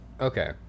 Okay